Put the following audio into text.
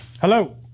Hello